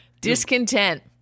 Discontent